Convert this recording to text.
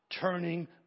turning